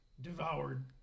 devoured